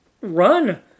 run